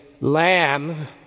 lamb